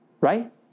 Right